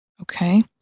Okay